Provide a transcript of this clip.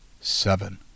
seven